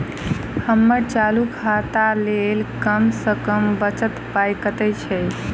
हम्मर चालू खाता लेल कम सँ कम बचल पाइ कतेक छै?